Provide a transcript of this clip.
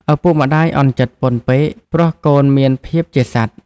ឪពុកម្ដាយអន់ចិត្ដពន់ពេក ព្រោះកូនមានភាពជាសត្វ ។